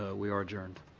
ah we are adjourned.